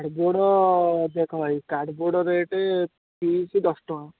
card board ଦେଖ ଭାଇ cardboard rate fix ଦଶ ଟଙ୍କା